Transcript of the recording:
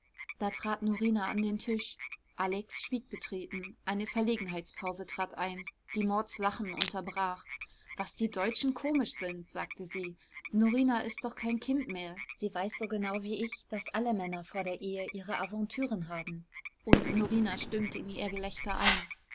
da trat norina an den tisch alex schwieg betreten eine verlegenheitspause trat ein die mauds lachen unterbrach was die deutschen komisch sind sagte sie norina ist doch kein kind mehr sie weiß so genau wie ich daß alle männer vor der ehe ihre aventüren haben und norina stimmte in ihr gelächter ein